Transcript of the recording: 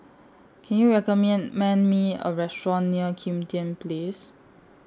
Can YOU Me A Restaurant near Kim Tian Place